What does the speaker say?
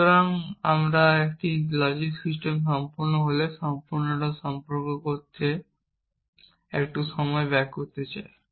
সুতরাং আমি একটি লজিক সিস্টেম সম্পূর্ণ হলে সম্পূর্ণতা সম্পর্কে কথা বলতে একটু সময় ব্যয় করতে চাই